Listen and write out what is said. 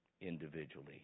individually